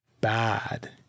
bad